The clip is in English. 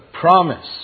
promise